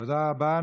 תודה רבה.